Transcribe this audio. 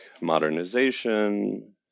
modernization